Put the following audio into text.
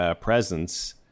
presence